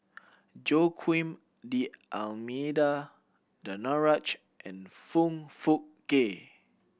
Joaquim D'Almeida Danaraj and Foong Fook Kay